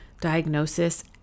diagnosis